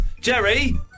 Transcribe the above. Jerry